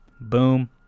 boom